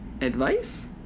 Advice